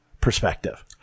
perspective